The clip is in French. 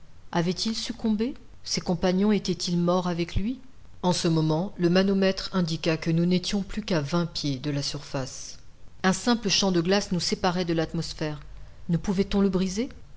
avait-il succombé ses compagnons étaient-ils morts avec lui en ce moment le manomètre indiqua que nous n'étions plus qu'à vingt pieds de la surface un simple champ de glace nous séparait de l'atmosphère ne pouvait-on le briser